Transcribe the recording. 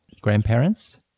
grandparents